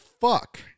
fuck